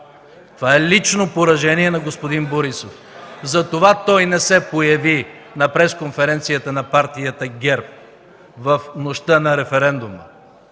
Това е лично поражение на господин Борисов. Затова той не се появи на пресконференцията на партия ГЕРБ в нощта на референдума.